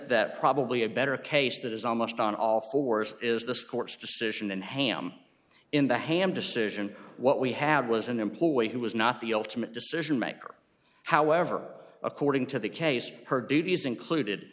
that probably a better case that is almost on all fours is this court's decision and ham in the hand decision what we have was an employee who was not the ultimate decision maker however according to the case her duties included